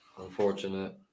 Unfortunate